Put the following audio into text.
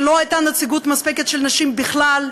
שלא הייתה נציגות מספקת של נשים בכלל,